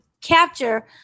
capture